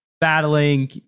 battling